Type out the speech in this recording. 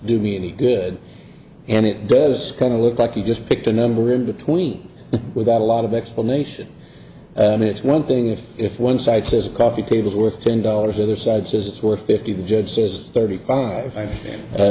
do me any good and it does kind of look like you just picked a number in between without a lot of explanation and it's one thing if if one side says coffee tables with ten dollars other side says it's worth fifty the judge says thirty five